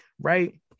right